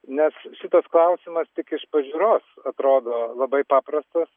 nes šitas klausimas tik iš pažiūros atrodo labai paprastas